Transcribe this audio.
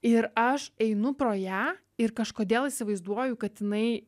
ir aš einu pro ją ir kažkodėl įsivaizduoju kad jinai